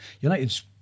United's